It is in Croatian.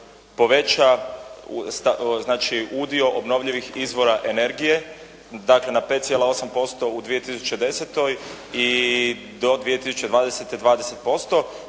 poveća znači udio obnovljivih izvora energije, dakle na 5,8% u 2010. i do 2020. 20%.